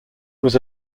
was